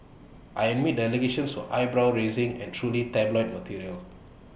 I admit the allegations were eyebrow raising and truly tabloid material